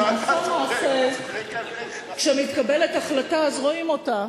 כשנעשה מעשה, כשמתקבלת החלטה, אז רואים אותה,